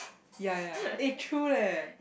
ya ya eh true leh